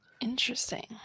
interesting